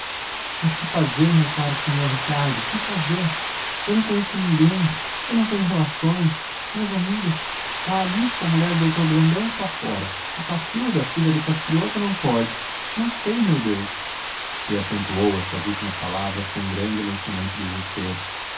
mas que fazer meu caro senhor ricardo que fazer eu não conheço ninguém eu não tenho relações minhas amigas a alice a mulher do doutor brandão está fora a cassilda a filha do castrioto não pode não sei meu deus e acentuou estas últimas palavras com grande e lancinante desespero